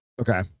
Okay